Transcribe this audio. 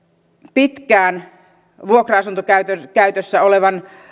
pitkään vuokra asuntokäytössä olevan